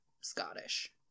scottish